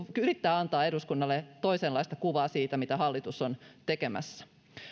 yrittää antaa eduskunnalle toisenlaista kuvaa siitä mitä hallitus on tekemässä